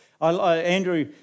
Andrew